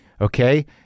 okay